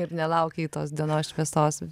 ir nelaukei tos dienos šviesos